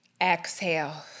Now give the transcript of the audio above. exhale